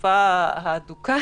בתקופה ההדוקה,